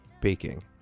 baking